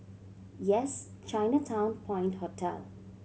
Yes Chinatown Point Hotel